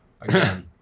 again